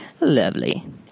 lovely